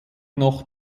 noch